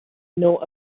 nor